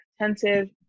intensive